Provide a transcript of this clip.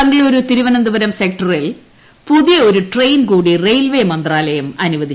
ബംഗളുരു തിരുവനന്തപുരം സെക്ടറിൽ പുതിയ ഒരു ട്രെയിൻ കൂടി റെയിൽവേ മന്ത്രാലയം അനുവദിച്ചു